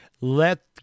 Let